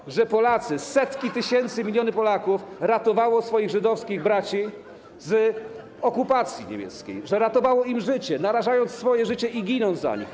Tego że Polacy, setki tysięcy, miliony Polaków ratowały swoich żydowskich braci w okupacji niemieckiej, że ratowały im życie, narażając swoje życie i ginąc za nich.